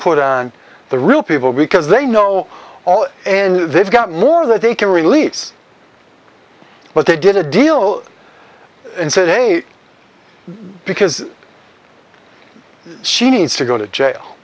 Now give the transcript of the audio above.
put on the real people because they know all and they've got more that they can release but they did a deal and said hey because she needs to go to jail